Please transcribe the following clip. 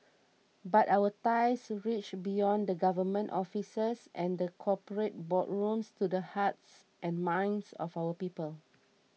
but our ties reach beyond the government offices and the corporate boardrooms to the hearts and minds of our people